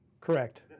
Correct